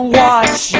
watch